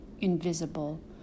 Invisible